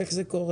איך זה קורה,